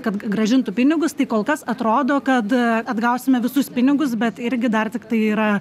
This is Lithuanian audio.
kad grąžintų pinigus tai kol kas atrodo kad atgausime visus pinigus bet irgi dar tiktai yra